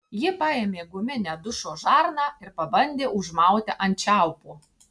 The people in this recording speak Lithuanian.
ji paėmė guminę dušo žarną ir pabandė užmauti ant čiaupo